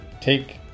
take